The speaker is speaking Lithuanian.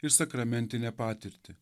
ir sakramentinę patirtį